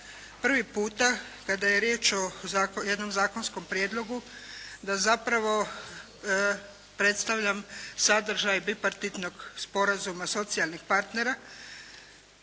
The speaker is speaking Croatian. prvi puta kada je riječ o jednom zakonskom prijedlogu da zapravo predstavljam sadržaj bipartitnog sporazuma socijalnih partnera,